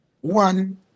one